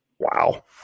wow